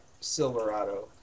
Silverado